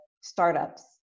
startups